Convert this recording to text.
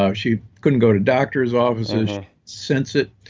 um she couldn't go to doctor's offices, she'd sense it.